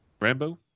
Rambo